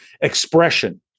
expression